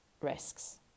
risks